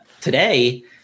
Today